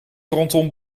rondom